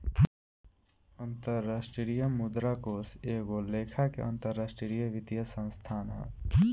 अंतरराष्ट्रीय मुद्रा कोष एगो लेखा के अंतरराष्ट्रीय वित्तीय संस्थान ह